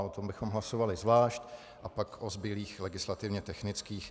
O tom bychom hlasovali zvlášť, a pak o zbylých legislativně technických.